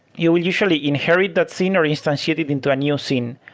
you will usually inherit that scene or instantiate it into a new scene.